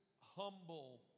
humble